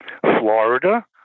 Florida